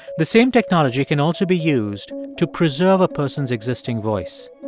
the same technology can also be used to preserve a person's existing voice.